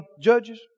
judges